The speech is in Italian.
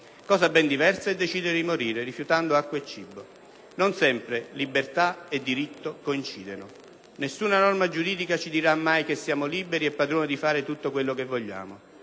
Cosa ben diversa è decidere di morire, rifiutando acqua e cibo. Non sempre libertà e diritto coincidono; nessuna norma giuridica ci dirà mai che siamo liberi e padroni di fare tutto quello che vogliamo.